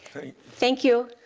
thank you.